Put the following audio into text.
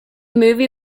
movie